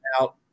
out